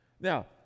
Now